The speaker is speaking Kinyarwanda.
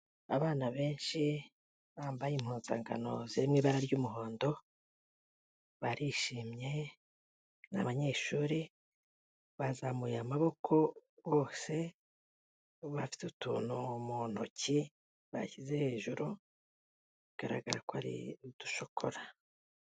Abana benshi, bambaye impuzangano ziri mu ibara ry'umuhondo, barishimye, ni abanyeshuri, bazamuye amaboko bose, bafite utuntu mu ntoki bashyize hejuru, bigaragara ko ari udushokora.